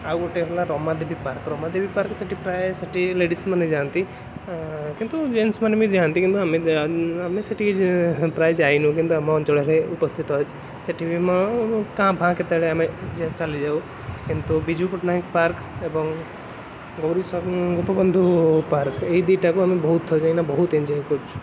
ଆଉ ଗୋଟେ ହେଲା ରମାଦେବୀ ପାର୍କ ରମାଦେବୀ ପାର୍କ ସେଇଠି ପ୍ରାୟେ ସେଇଠି ଲେଡ଼ିସମାନେ ଯାଆନ୍ତି କିନ୍ତୁ ଜେନସମାନେ ବି ଯାଆନ୍ତି କିନ୍ତୁ ଆମେ ଯା ଆମେ ସେଠିକି ପ୍ରାୟେ ଯାଇନୁ କିନ୍ତୁ ଆମ ଅଞ୍ଚଳରେ ଉପସ୍ଥିତ ଅଛି ସେଇଠି ବି ମୋ କାଁ ଭାଁ କେତେବେଳେ ଆମେ ଚାଲିଯାଉ କିନ୍ତୁ ବିଜୁପଟ୍ଟନାୟକ ପାର୍କ ଏବଂ ଗୌରିଶଙ୍କ ଗୋପବନ୍ଧୁ ପାର୍କ ଏଇ ଦୁଇଟାକୁ ଆମେ ବହୁତ ଥର ବହୁତ ଏନ୍ଜୟ କରିଛୁ